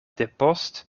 depost